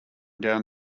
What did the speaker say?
down